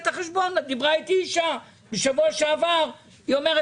איתי אישה בשבוע שעבר שאמרה